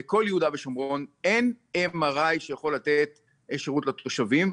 בכל יהודה ושומרון אין MRI שיכול לתת שירות לתושבים.